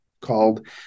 called